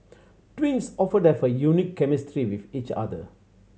twins often have a unique chemistry with each other